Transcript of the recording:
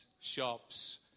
shops